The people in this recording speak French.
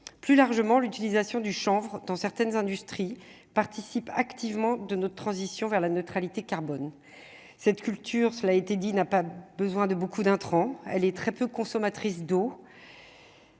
plus largement, l'utilisation du chanvre dans certaines industries participe activement de notre transition vers la neutralité carbone cette culture, cela a été dit, n'a pas besoin de beaucoup d'intrants, elle est très peu consommatrices d'eau,